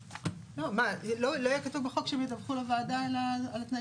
לא יהיה כתוב בחוק שהם ידווחו לוועדה על התנאים?